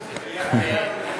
משהו כזה, "חיים שכאלה".